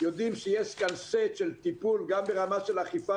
יודעים שיש כאן סט של טיפול גם ברמה של אכיפה